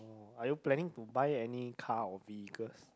are you planning to buy car or vehicles